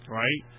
right